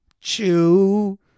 chew